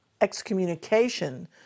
excommunication